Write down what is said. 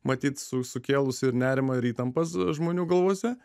matyt su sukėlus ir nerimą ir įtampas žmonių galvose